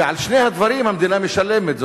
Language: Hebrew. ועל שני הדברים המדינה משלמת.